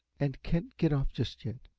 and can't get off just yet.